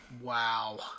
Wow